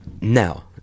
Now